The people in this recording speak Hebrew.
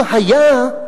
אם היה,